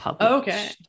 Okay